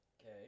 Okay